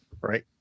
right